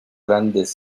grandes